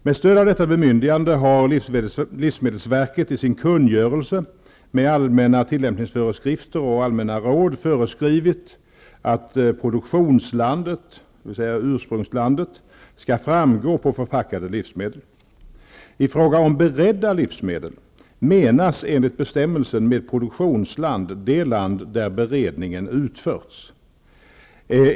Med stöd av detta bemyndigande har livsmedelsverket i sin kungörelse med allmänna tillämpningsföreskrifter och allmänna råd föreskrivit att produktionslandet, dvs. ursprungslandet, skall framgå på färdigförpackade livsmedel. I fråga om beredda livsmedel menas enligt bestämmelsen med produktionsland det land där beredningen utförts.